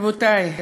רבותי,